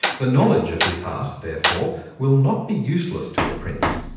the knowledge of his heart, therefore, will not be useless to a prince,